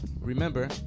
Remember